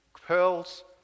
pearls